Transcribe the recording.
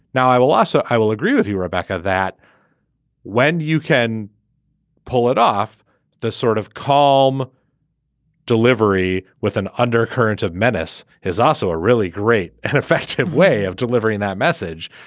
now i will also i will agree with you rebecca that when you can pull it off the sort of calm delivery with an undercurrent of menace is also a really great and effective way of delivering that message.